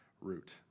route